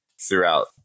throughout